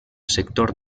sector